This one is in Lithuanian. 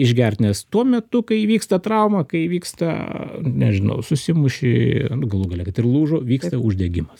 išgert nes tuo metu kai įvyksta trauma kai vyksta nežinau susimuši nu galų gale kad ir lūžo vyksta uždegimas